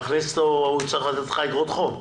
הוא צריך לתת לך אגרות חוב.